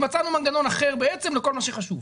מצאנו מנגנון אחר בעצם לכל מה שחשוב.